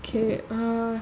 okay err